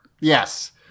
Yes